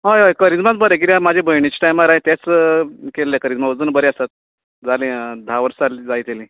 हय हय करिज्मात बरें किद्याक म्हाज्या भयणीच्या टायमार हांवेन तेंच केल्ले करिज्मा अजून बरें आसात जाली धा वर्सां जायत येयली